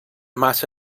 massa